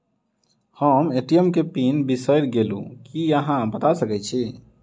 हम ए.टी.एम केँ पिन बिसईर गेलू की अहाँ बता सकैत छी?